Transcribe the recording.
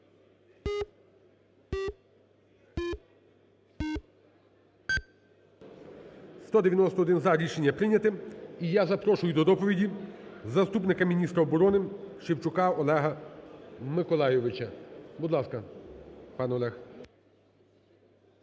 191 – за. Рішення прийняте. І я запрошую до доповіді заступника міністра оборони Шевчука Олега Миколайовича. Будь ласка, пане Олег.